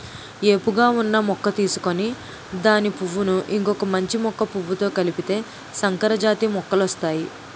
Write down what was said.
ఏపుగా ఉన్న మొక్క తీసుకొని దాని పువ్వును ఇంకొక మంచి మొక్క పువ్వుతో కలిపితే సంకరజాతి మొక్కలొస్తాయి